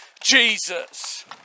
Jesus